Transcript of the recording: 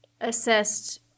assessed